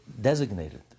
designated